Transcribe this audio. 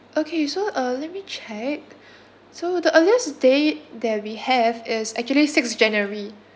okay so uh let me check so the earliest date that we have is actually six january